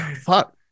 Fuck